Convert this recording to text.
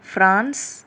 France